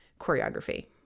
choreography